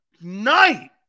night